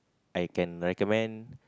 I can recommend